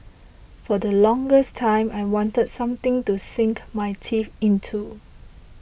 for the longest time I wanted something to sink my teeth into